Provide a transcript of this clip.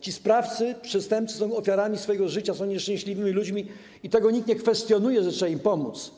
Ci sprawcy przestępstw są ofiarami swojego życia, są nieszczęśliwymi ludźmi i tego nikt nie kwestionuje, że trzeba im pomóc.